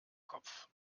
kopf